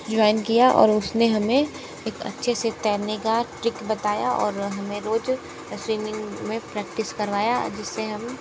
join किया और उस ने हमें एक अच्छे से तैरने का ट्रिक बताया और हमें रोज़ स्विमिंग में प्रैक्टिस करवाया जिस से हम